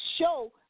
show